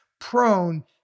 prone